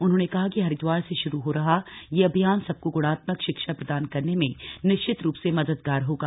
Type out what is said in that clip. उन्होंने कहा कि हरिद्वार से शुरू हो रहा यह अभियान सबको गुणात्मक शिक्षा प्रदान करने में निश्चित रूप से मददगार होगा